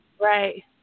right